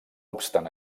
obstant